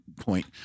point